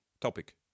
topic